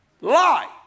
lie